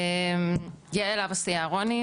יעל הבסי-אהרוני,